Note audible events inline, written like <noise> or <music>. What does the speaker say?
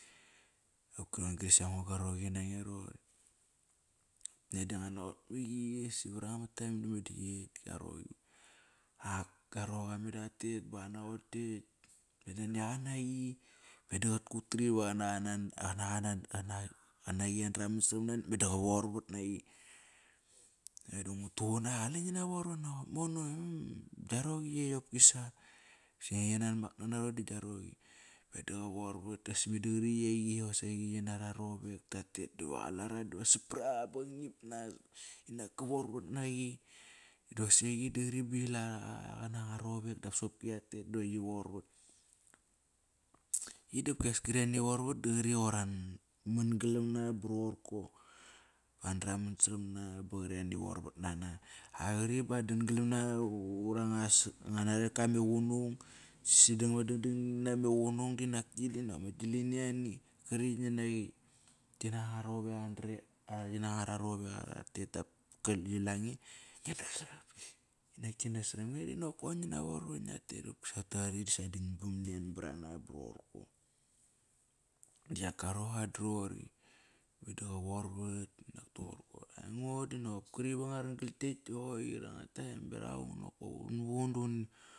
Qokisa ron-gri aingo go roqi nange roqori. Meda ngua naqot maqi. Si varanga ma time dam me da qi. Ak goraqa meda qatet ba qatnaqot ktekt meda nani aqa naqi. Meda qutkut <unintelligible> qanaqi an draman saram na nakt med qavorvat naqi Meda ngu tuqun naqa, qale ngina vorvat nap mono. <hesitation> Gia roqi ekt qokisa. <unintelligible> Meda qa vorvat. Doqosi qori eiqi dosaqi qinara rovek tatet diwa qalara diwa sapra qa ba qangip nas. Inak kavorvat naqi. Doqosi eiqi da qori gila qa qana nga rovek dop sopki yatet divba qi vorvat. I dopkias kri ani vorvat da qorr qoir an ma galam na ba rorko. Andram saram na ba qari ani vorvat nana. A qori ba dan galam na varanga nareka me qunung <unintelligible> idi nop ma gilini ani. Qari ngi naqi. <unintelligible> Kinak ararovek ra tet dap gal qila nge, qinas saram nge. Kinas saram nge dinokop koir ngina vorvat ngia tet. <unintelligible> Qopkisa danban nen barana ba rorko Diak goroqa di roqori. Meda qa vorvat inakk toqorko. Aingo dinop kri va ngua ran gal tekt doi qoir anga time berak ango nokop. Un muqun.